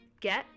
get